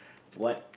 what